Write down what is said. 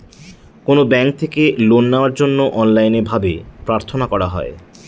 কোনো ব্যাঙ্ক থেকে লোন নেওয়ার জন্য অনলাইনে ভাবে প্রার্থনা করা হয়